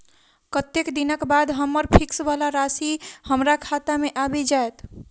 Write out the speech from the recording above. कत्तेक दिनक बाद हम्मर फिक्स वला राशि हमरा खाता मे आबि जैत?